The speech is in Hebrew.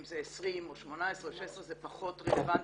אם 20, 18, 16 זה פחות רלבנטי,